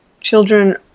children